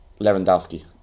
Lewandowski